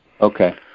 Okay